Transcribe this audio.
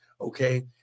Okay